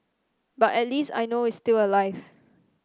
but at least I know is still alive